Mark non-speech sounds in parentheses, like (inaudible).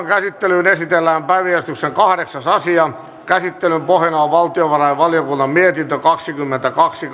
(unintelligible) käsittelyyn esitellään päiväjärjestyksen kahdeksas asia käsittelyn pohjana on valtiovarainvaliokunnan mietintö kaksikymmentäkaksi (unintelligible)